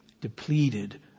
depleted